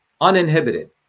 uninhibited